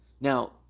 Now